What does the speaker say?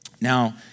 Now